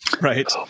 right